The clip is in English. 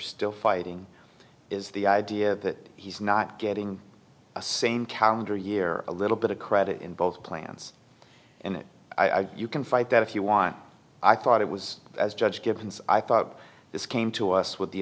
still fighting is the idea that he's not getting a same calendar year a little bit of credit in both plans and i think you can fight that if you want i thought it was as judge givens i thought this came to us with the